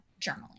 journaling